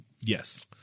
Yes